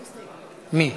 מי?